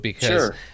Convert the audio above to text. Sure